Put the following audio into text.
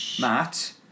Matt